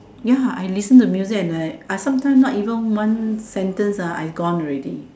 ya I listen to music and I I sometimes not even one sentence ah and I gone already